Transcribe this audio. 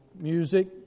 music